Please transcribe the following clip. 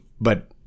but-